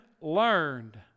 learned